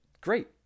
Great